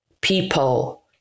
people